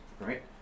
right